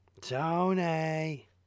Tony